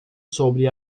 sobre